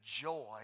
joy